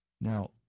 Now